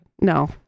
No